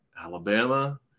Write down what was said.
Alabama